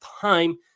time